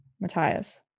Matthias